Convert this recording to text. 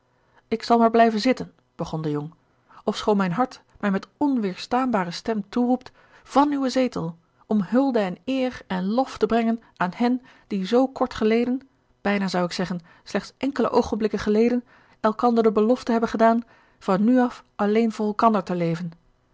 ik zal maar blijven zitten begon de jong ofschoon mijn hart mij met onweerstaanbare stem toeroept van uwen zetel om hulde en eer en lof te brengen aan hen die zoo kort geleden bijna zou ik zeggen slechts enkele oogenblikken geleden elkander de belofte hebben gedaan van nu af alleen voor elkander te leven